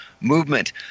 movement